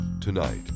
Tonight